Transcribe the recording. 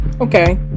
okay